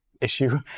issue